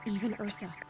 even ersa!